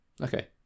Okay